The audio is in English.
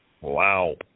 Wow